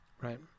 right